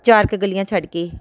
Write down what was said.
ਚਾਰ ਕੁ ਗਲੀਆਂ ਛੱਡ ਕੇ